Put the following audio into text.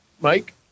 Mike